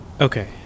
Okay